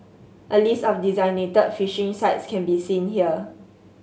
a list of designated fishing sites can be seen here